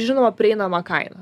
žinoma prieinama kaina